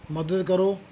ਮਦਦ ਕਰੋ